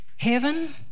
heaven